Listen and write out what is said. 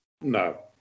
No